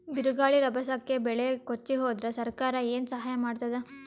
ಬಿರುಗಾಳಿ ರಭಸಕ್ಕೆ ಬೆಳೆ ಕೊಚ್ಚಿಹೋದರ ಸರಕಾರ ಏನು ಸಹಾಯ ಮಾಡತ್ತದ?